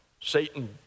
Satan